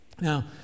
Now